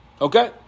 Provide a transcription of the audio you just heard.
Okay